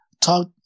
talk